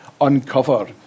uncover